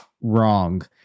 wrong